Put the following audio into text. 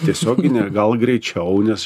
tiesiogine gal greičiau nes